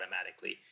automatically